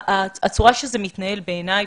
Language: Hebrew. הצורה שזה מתנהל בעיניי,